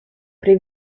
pri